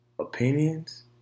opinions